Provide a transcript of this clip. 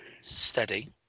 Steady